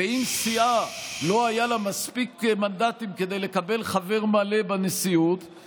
ואם לסיעה לא היו מספיק מנדטים כדי לקבל חבר מלא בנשיאות,